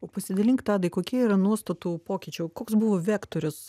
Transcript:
o pasidalink tadai kokie yra nuostatų pokyčiai o koks buvo vektorius